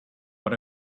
but